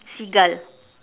seagull